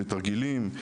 לתרגילים,